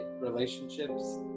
relationships